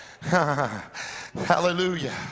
Hallelujah